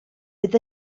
bydd